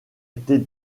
été